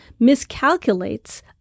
miscalculates